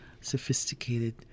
sophisticated